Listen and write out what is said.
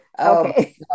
Okay